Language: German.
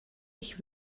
ich